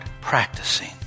practicing